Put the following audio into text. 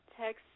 text